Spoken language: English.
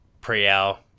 pre-hour